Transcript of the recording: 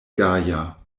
gaja